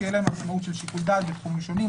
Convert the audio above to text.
שתהיה להם עצמאות של שיקול דעת בתחומים שונים,